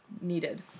needed